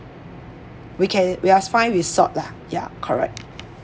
we can we are fine with salt lah ya correct